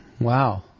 Wow